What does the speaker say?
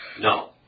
No